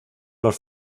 los